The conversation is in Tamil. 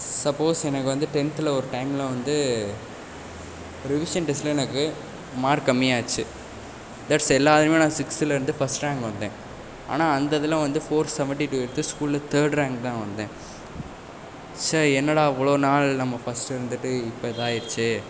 சப்போஸ் எனக்கு வந்து டென்த்தில் ஒரு டைமில் வந்து ரிவிஷன் டெஸ்டில் எனக்கு மார்க் கம்மியாச்சு தட்ஸ் எல்லோரையுமே நான் சிக்ஸ்த்துலேர்ந்து ஃபஸ்ட் ரேங்க் வந்தேன் ஆனால் அந்த இதில் வந்து ஃபோர் செவன்ட்டி டூ எடுத்து ஸ்கூலில் தேர்ட் ரேங்க் தான் வந்தேன் ச்ச என்னடா இவ்வளோ நாள் நம்ம ஃபஸ்ட் இருந்துவிட்டு இப்போ இதாயிடுச்சே